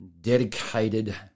dedicated